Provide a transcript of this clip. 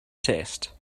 test